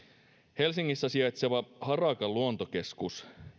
helsingissä sijaitseva harakan luontokeskus